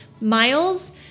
miles